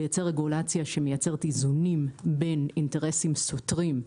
לייצר רגולציה שמייצרת איזונים בין אינטרסים סותרים,